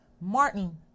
Martin